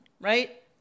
Right